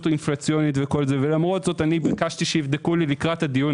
אינפלציונית וכו' ולמרות זאת ביקשתי שיבדקו לי לקראת הדיון